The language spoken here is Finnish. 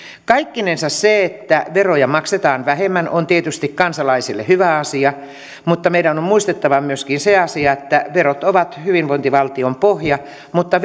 kaikkinensa se että veroja maksetaan vähemmän on tietysti kansalaisille hyvä asia mutta meidän on on muistettava myöskin se asia että verot ovat hyvinvointivaltion pohja mutta